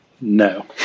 No